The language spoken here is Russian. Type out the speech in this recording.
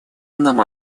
нам